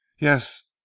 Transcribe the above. Yes